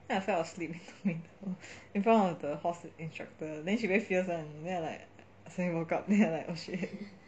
then I fell asleep in the middle in front of the horse instructor then she very fierce [one] and I'm like suddenly woke up and then I'm like oh shit